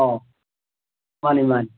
ꯑꯧ ꯃꯥꯅꯤ ꯃꯥꯅꯤ